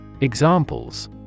Examples